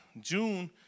June